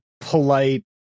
polite